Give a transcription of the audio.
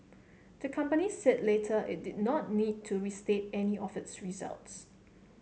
the company said later it did not need to restate any of its results